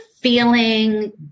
feeling